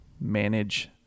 manage